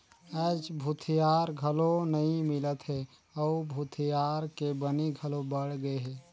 आयज भूथिहार घलो नइ मिलत हे अउ भूथिहार के बनी घलो बड़ गेहे